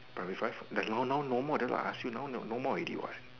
primary five that now no no more then I ask you now no more already what